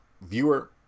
viewer